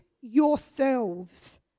yourselves